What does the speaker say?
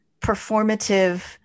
performative